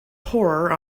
horror